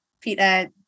Peter